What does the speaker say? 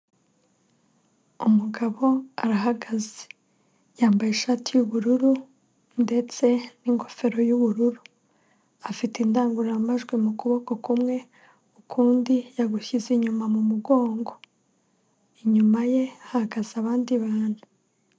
Umugabo arahagaze yambaye ishati y'ubururu ndetse n'ingofero y'ubururu, afite indangururamajwi mu kuboko kumwe ukundi yagushyize inyuma mu mugongo, inyuma ye hahagaze abandi bantu.